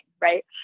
right